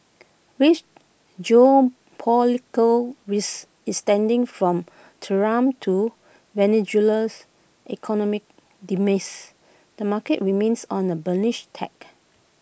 with geopolitical risk extending from Tehran to Venezuela's economic demise the market remains on A bullish tack